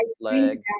leg